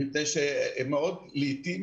מפני שלעתים,